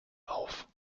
auf